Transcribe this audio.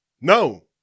No